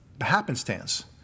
happenstance